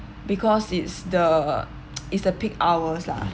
because it's the it's the peak hours lah